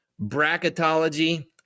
bracketology